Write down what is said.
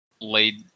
laid